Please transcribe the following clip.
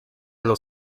los